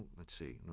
let's see. no,